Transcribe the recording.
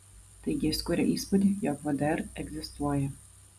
taigi jis kuria įspūdį jog vdr egzistuoja